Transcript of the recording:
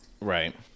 Right